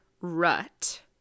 rut